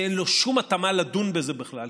שאין לו שום התאמה לדון בזה בכלל,